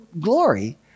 glory